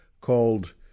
called